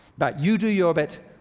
but you do your bit.